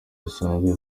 zisanzwe